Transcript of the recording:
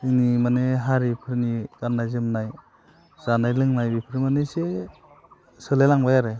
जोंनि माने हारिफोरनि गाननाय जोमनाय जानाय लोंनाय बेफोर मानि सोलाय लांबाय आरो